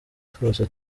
twose